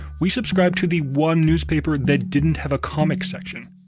we subscribed to the one newspaper that didn't have a comic section.